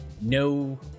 no